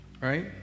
right